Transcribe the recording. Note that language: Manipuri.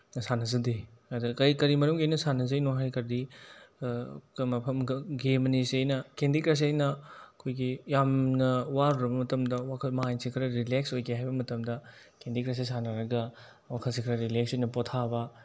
ꯁꯥꯟꯅꯖꯗꯦ ꯑꯗ ꯀꯔꯤ ꯀꯔꯤ ꯃꯔꯝꯒꯤꯅꯣ ꯁꯥꯟꯅꯖꯩꯅꯣ ꯍꯥꯏꯔꯒꯗꯤ ꯃꯐꯝ ꯒꯦꯝ ꯑꯅꯤꯁꯤ ꯑꯩꯅ ꯀꯦꯟꯗꯤ ꯀ꯭ꯔꯁꯁꯤ ꯑꯩꯅ ꯑꯩꯈꯣꯏꯒꯤ ꯌꯥꯝꯅ ꯋꯥꯔꯨꯔꯕ ꯃꯇꯝꯗ ꯋꯥꯈꯜ ꯃꯥꯏꯟꯁꯦ ꯈꯔ ꯔꯤꯂꯦꯛꯁ ꯑꯣꯏꯒꯦ ꯍꯥꯏꯕ ꯃꯇꯝꯗ ꯀꯦꯟꯗꯤ ꯀ꯭ꯔꯁꯁꯦ ꯁꯥꯟꯅꯔꯒ ꯋꯥꯈꯜꯁꯤ ꯈꯔ ꯔꯤꯂꯦꯛꯁ ꯑꯣꯏꯅ ꯄꯣꯊꯥꯕ